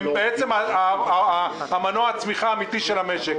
הם בעצם מנוע הצמיחה האמיתי של המשק.